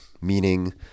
meaning